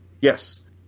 Yes